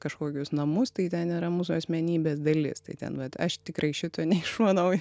kažkokius namus tai ten yra mūsų asmenybės dalis tai ten vat aš tikrai šito neišmanau ir